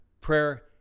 prayer